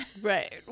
right